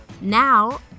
Now